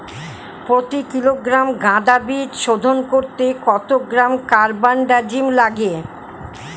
প্রতি কিলোগ্রাম গাঁদা বীজ শোধন করতে কত গ্রাম কারবানডাজিম লাগে?